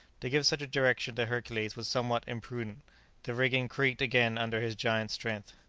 to give such a direction to hercules was somewhat imprudent the rigging creaked again under his giant strength.